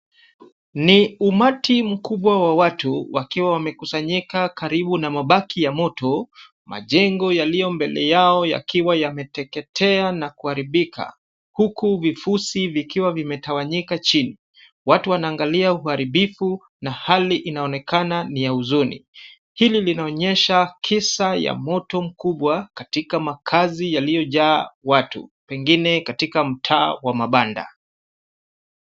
Ni umati mkubwa wa watu wakiwa wamekusanyika karibu na mabaki ya moto. Majengo yaliyo mbele yao yakiwa yameteketea na kuharibika huku vifusi vikiwa vimetawanyika chini. Watu wanaangalia uharibifu na hali inaonekana ni ya huzuni. Hili inaonyesha kisa ya moto mkubwa katika makazi yaliyo jaa watu, pengine katika mtaa wa mabanda.